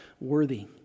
worthy